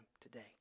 today